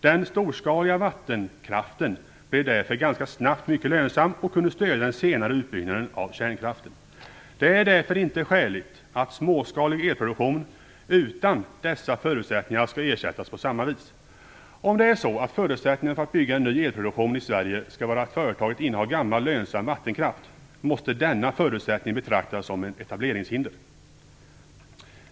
Den storskaliga vattenkraften blev därför ganska snabbt mycket lönsam och kunde stödja den senare utbyggnaden av kärnkraften. Det är därför inte skäligt att småskalig elproduktion utan dessa förutsättningar skall ersättas på samma vis. Om det är så att förutsättningen för att bygga ny elproduktion i Sverige skall vara att företaget innehar gammal lönsam vattenkraft måste denna förutsättning betraktas som ett etableringshinder.